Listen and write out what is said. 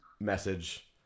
message